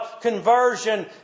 conversion